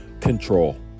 control